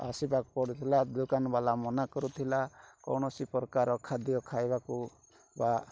ଆସିବାକୁ ପଡୁଥିଲା ଦୋକାନବାଲା ମନା କରୁଥିଲା କୌଣସି ପ୍ରକାର ଖାଦ୍ୟ ଖାଇବାକୁ ବା